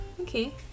Okay